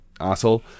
asshole